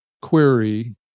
query